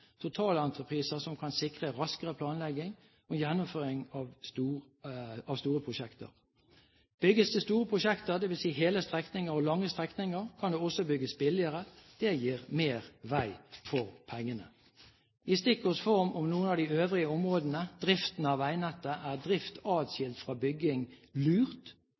totalentrepriser som kan sikre raskere planlegging og gjennomføring av store prosjekter? Bygges det store prosjekter – dvs. hele strekninger og lange strekninger – kan det også bygges billigere. Det gir mer vei for pengene. I stikkords form om noen av de øvrige områdene: Driften av veinettet: Er drift adskilt fra bygging lurt?